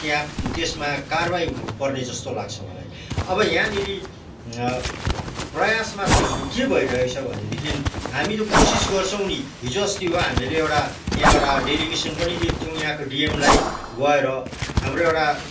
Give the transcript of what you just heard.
त्यहाँ त्यसमा कार्वाही हुनु पर्ने जस्तो लाग्छ मलाई अब यहाँनिर प्रयासमा त हाम्रो के भइ रहेको छ भने देखिन हामी त कोसिस गर्छौँ नि हिजो अस्ति हो हामीले एउटा या एउटा डेलिगेसन पनि दिएको थियौँ यहाँको डिएमलाई गएर हाम्रो एउटा